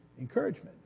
encouragement